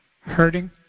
hurting